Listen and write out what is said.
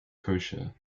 kosher